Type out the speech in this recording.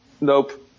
Nope